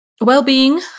well-being